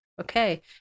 okay